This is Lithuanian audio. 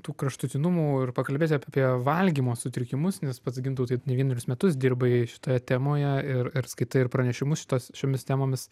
tų kraštutinumų ir pakalbėti apie valgymo sutrikimus nes pats gintautai ne vienerius metus dirbai šitoje temoje ir ir skaitai ir pranešimus šitos šiomis temomis